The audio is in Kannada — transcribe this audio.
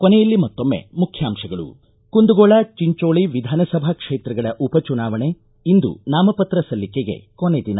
ಕೊನೆಯಲ್ಲಿ ಮತ್ತೊಮ್ಮೆ ಮುಖ್ಯಾಂಶಗಳು ಕುಂದಗೋಳ ಚಿಂಚೋಳಿ ವಿಧಾನಸಭಾ ಕ್ಷೇತ್ರಗಳ ಉಪಚುನಾವಣೆ ಇಂದು ನಾಮಪತ್ರ ಸಲ್ಲಿಕೆಗೆ ಕೊನೆ ದಿನ